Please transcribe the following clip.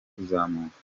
kuzamuka